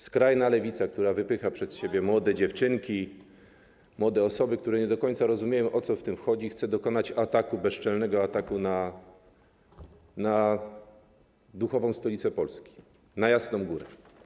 Skrajna lewica, która wypycha przed siebie dziewczynki, młode osoby, które nie do końca rozumieją, o co w tym chodzi, chce dokonać bezczelnego ataku na duchową stolicę Polski, na Jasną Górę.